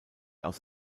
aus